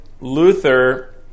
Luther